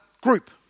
group